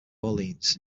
orleans